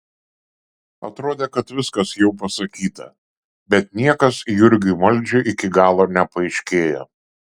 atrodė kad viskas jau pasakyta bet niekas jurgiui maldžiui iki galo nepaaiškėjo